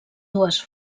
dues